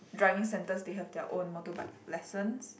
driving centres they have their own motorbike lessons